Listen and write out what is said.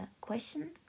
question